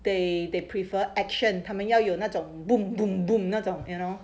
they they prefer action 他们要有那种 boom boom boom 那种 you know